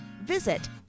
Visit